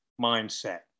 mindset